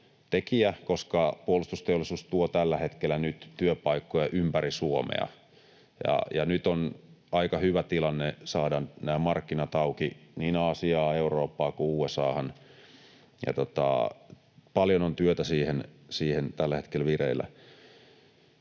koska puolustusteollisuus tuo tällä hetkellä nyt työpaikkoja ympäri Suomea. Nyt on aika hyvä tilanne saada nämä markkinat auki niin Asiaan, Eurooppaan kuin USA:han, ja paljon on työtä siihen tällä hetkellä vireillä.